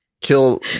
kill